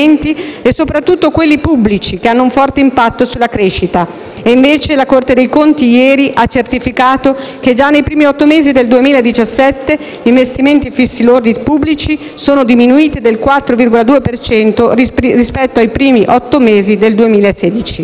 soprattutto quelli pubblici, che hanno un forte impatto sulla crescita. Invece la Corte dei conti ieri ha certificato che già nei primi otto mesi del 2017 gli investimenti fissi lordi pubblici sono diminuiti del 4,2 per cento rispetto ai primi otto mesi del 2016.